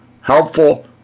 Helpful